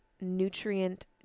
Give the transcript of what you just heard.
nutrient